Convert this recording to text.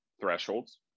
thresholds